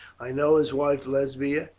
i know his wife lesbia,